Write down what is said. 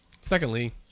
Secondly